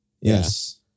Yes